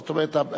זאת אומרת,